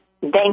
Thank